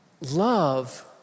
Love